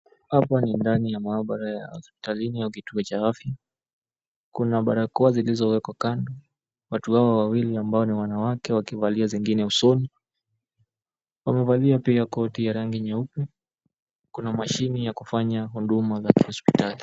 Hapa ni ndani ya maabara ya hospitalini au kituo cha afya. Kuna barakoa zilizowekwa kando. Watu hawa wawili ambao ni wanawake wakivalia zingine usoni, wamevalia pia koti ya rangi nyeupe. Kuna mashini ya kufanya huduma za kihospitali.